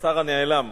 השר הנעלם,